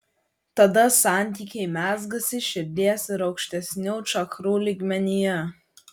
tada santykiai mezgasi širdies ir aukštesnių čakrų lygmenyje